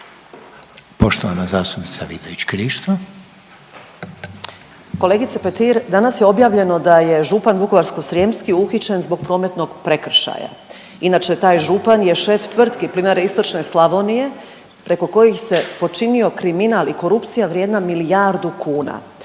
Krišto, Karolina (OIP)** Kolegice Petir danas je objavljeno da je župan vukovarsko-srijemski uhićen zbog prometnog prekršaja, inače taj župan je šef tvrtki Plinare Istočne Slavonije preko kojih se počinio kriminal i korupcija vrijedna milijardu kuna.